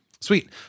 sweet